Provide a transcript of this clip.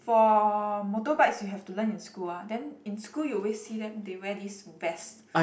for motorbikes you have to learn in school uh then in school you always see them they wear this vest